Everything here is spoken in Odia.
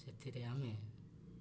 ସେଥିରେ ଆମେ